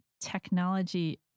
technology